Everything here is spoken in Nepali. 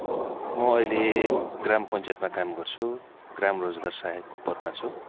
म अहिले ग्राम पञ्चायतमा काम गर्छु ग्राम रोजगार सहायकको पदमा छु